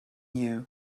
you